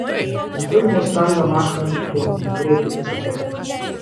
jis turi mustangą machą ii greitai pasakiau